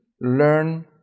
learn